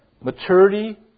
Maturity